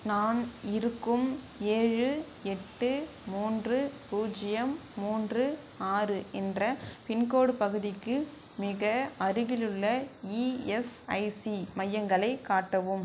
நான் இருக்கும் ஏழு எட்டு மூன்று பூஜ்ஜியம் மூன்று ஆறு என்ற பின்கோடு பகுதிக்கு மிக அருகிலுள்ள இஎஸ்ஐசி மையங்களை காட்டவும்